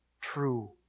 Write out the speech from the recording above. true